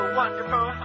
wonderful